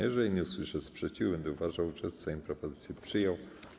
Jeżeli nie usłyszę sprzeciwu, będę uważał, że Sejm propozycję przyjął.